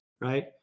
right